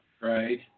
Right